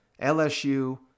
LSU